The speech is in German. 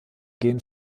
gehen